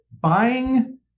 buying